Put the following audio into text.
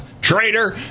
Traitor